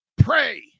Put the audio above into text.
pray